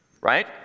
right